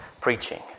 preaching